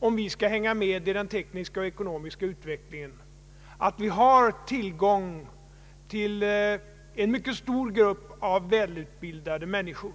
om vi skall hänga med i den tekniska och ekonomiska utvecklingen, att vi har tillgång till en mycket stor grupp av välutbildade människor.